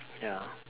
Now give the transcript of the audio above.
ya